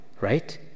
right